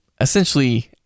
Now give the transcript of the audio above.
essentially